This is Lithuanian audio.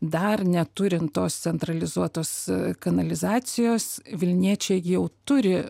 dar neturint tos centralizuotos kanalizacijos vilniečiai jau turi